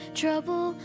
trouble